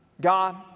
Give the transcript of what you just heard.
God